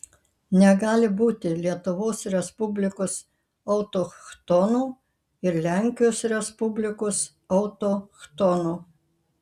negali būti lietuvos respublikos autochtonų ir lenkijos respublikos autochtonų